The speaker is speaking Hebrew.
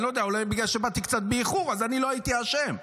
אני לא יודע,